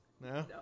no